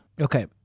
Okay